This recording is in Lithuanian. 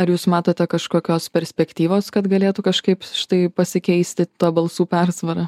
ar jūs matote kažkokios perspektyvos kad galėtų kažkaip štai pasikeisti ta balsų persvara